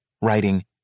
writing